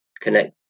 connect